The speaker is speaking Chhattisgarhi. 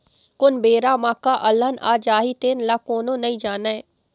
कोन बेरा म का अलहन आ जाही तेन ल कोनो नइ जानय